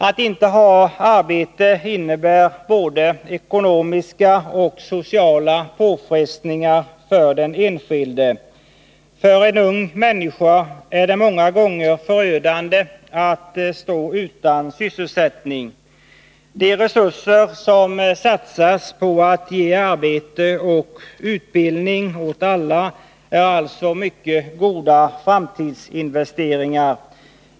Att inte ha arbete innebär både ekonomiska och sociala påfrestningar för den enskilde. För en ung människa är det många gånger förödande att stå utan sysselsättning. De resurser som satsas på att ge arbete och utbildning åt alla är alltså mycket goda framtidsinvesteringar.